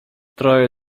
troje